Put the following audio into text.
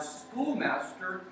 schoolmaster